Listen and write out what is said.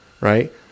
Right